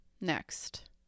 next